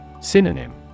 Synonym